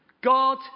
God